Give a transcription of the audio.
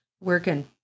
working